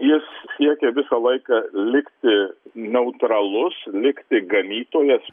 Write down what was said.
jis siekė visą laiką likti neutralus likti ganytojas